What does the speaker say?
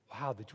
Wow